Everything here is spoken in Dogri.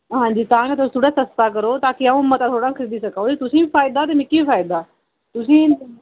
हां जी तां गै तुस थोह्ड़ा सस्ता करो ताकि अऊं मता थोह्ड़ा खरीदी सकां ओह्दे च तुसें बी फायदा ते मिकी बी फायदा तुसें